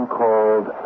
called